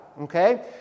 okay